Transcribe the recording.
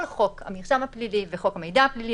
כל חוק המרשם הפלילי וחוק המידע הפלילי